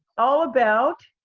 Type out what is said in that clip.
all about